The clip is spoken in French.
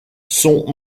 sont